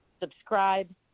subscribe